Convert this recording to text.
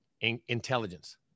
intelligence